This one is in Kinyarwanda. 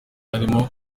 harimo